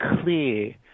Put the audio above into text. clear